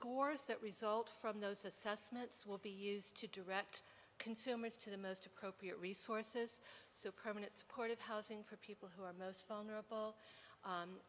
corps that result from those assessments will be used to direct consumers to the most appropriate resources so permanent supportive housing for people who are most vulnerable